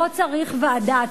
לא צריך ועדה,